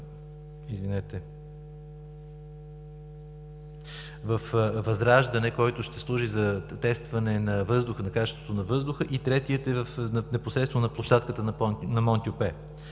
„Възраждане“, който ще служи за тестване на качеството на въздуха и третият е в непосредствено на площадката на „Мон-тюпе“.